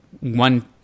one